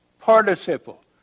participle